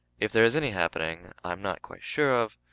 if there is any happening i am not quite sure of,